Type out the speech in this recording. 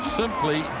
simply